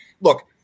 look